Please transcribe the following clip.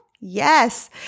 yes